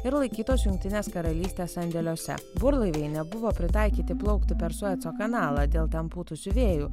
ir laikytos jungtinės karalystės sandėliuose burlaiviai nebuvo pritaikyti plaukti per sueco kanalą dėl ten pūtusių vėjų